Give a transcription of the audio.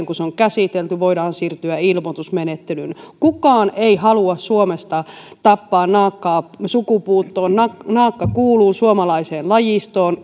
kun se on käsitelty voidaan siirtyä ilmoitusmenettelyyn kukaan ei halua suomesta tappaa naakkaa sukupuuttoon naakka naakka kuuluu suomalaiseen lajistoon